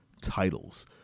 titles